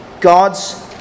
God's